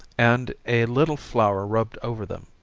and a little flour rubbed over them.